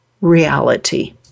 reality